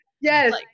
yes